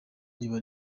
riba